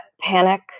panic